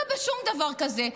לא בשום דבר כזה.